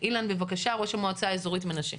אילן בבקשה, ראש המועצה האזורית מנשה.